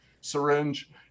syringe